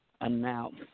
announce